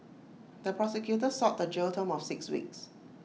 the prosecutor sought A jail term of six weeks